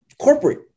corporate